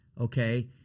Okay